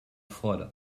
freude